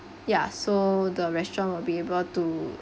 ya so the restaurant will be able to